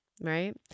right